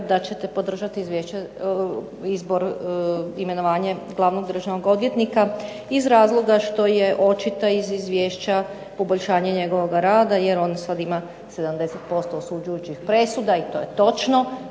da ćete podržati imenovanje glavnog državnog odvjetnika iz razloga što je očito iz izvješća poboljšanje njegovoga rada jer on sad ima 70% osuđujućih presuda i to je točno.